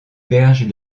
berges